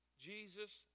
Jesus